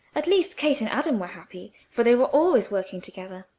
at least kate and adam were happy, for they were always working together.